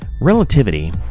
Relativity